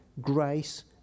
grace